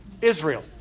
Israel